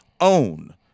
own